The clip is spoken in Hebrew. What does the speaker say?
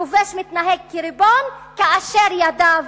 הכובש מתנהג כריבון כאשר ידיו